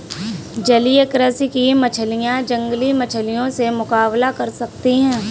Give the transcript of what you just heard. जलीय कृषि की मछलियां जंगली मछलियों से मुकाबला कर सकती हैं